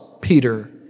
Peter